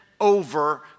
over